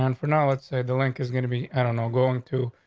um for now, let's say the link is gonna be, i don't know, going to,